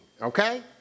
okay